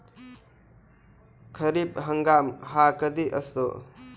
खरीप हंगाम हा कधी असतो?